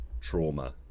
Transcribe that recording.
trauma